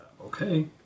Okay